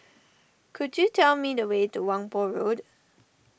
could you tell me the way to Whampoa Road